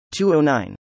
209